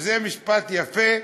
זה משפט יפה,